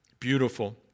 beautiful